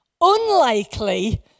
unlikely